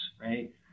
Right